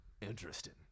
interesting